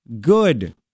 good